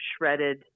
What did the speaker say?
shredded